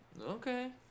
Okay